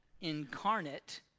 incarnate